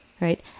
right